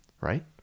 Right